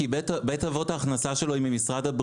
כי ההכנסה של בית אבות היא ממשרד הבריאות.